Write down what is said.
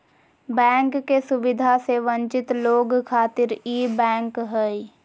bank के सुविधा से वंचित लोग खातिर ई बैंक हय